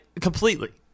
completely